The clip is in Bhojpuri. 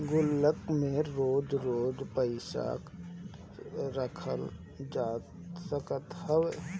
गुल्लक में रोज रोज पईसा रखल जा सकत हवे